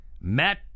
Matt